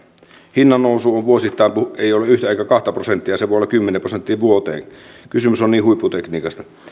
hinnannousu ei ole vuosittain yhtä eikä kahta prosenttia se voi olla kymmenen prosenttia vuoteen kysymys on niin huipputekniikasta